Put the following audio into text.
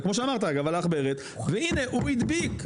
כמו שאמרת אגב על העכברת והנה הוא הדביק,